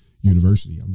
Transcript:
university